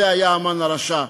זה היה המן הרשע,.